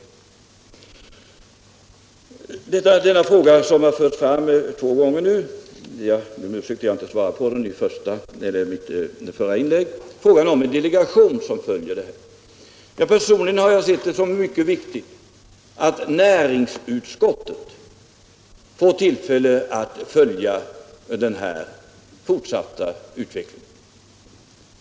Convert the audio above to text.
| Frågan om en delegation som skall följa utvecklingen har förts fram två gånger nu, och jag ber om ursäkt för att jag inte svarade på den i mitt förra inlägg. Personligen har jag sett det som mycket viktigt att näringsutskottet blir i tillfälle att följa den fortsatta utvecklingen.